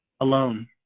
alone